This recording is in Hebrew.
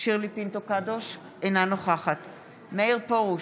שירלי פינטו קדוש, אינה נוכחת מאיר פרוש,